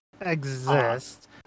exist